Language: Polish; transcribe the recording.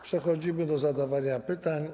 Przechodzimy do zadawania pytań.